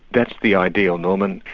that's the ideal norman,